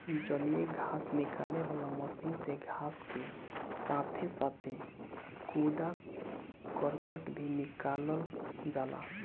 जलीय घास निकाले वाला मशीन से घास के साथे साथे कूड़ा करकट भी निकल जाला